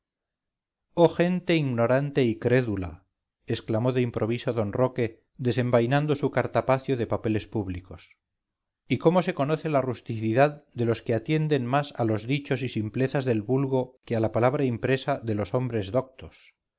oh gente ignorante y crédula exclamó de improviso d roque desenvainando su cartapacio de papeles públicos y cómo se conoce la rusticidad de los que atienden más a los dichos y simplezas del vulgo que a la palabra impresa de los hombres doctos